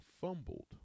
fumbled